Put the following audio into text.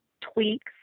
tweaks